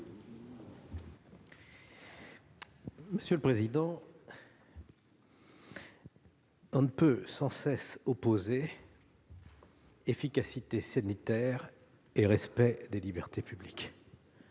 Monsieur le président, on ne peut sans cesse opposer efficacité sanitaire et respect des libertés publiques.